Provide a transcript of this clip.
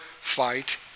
fight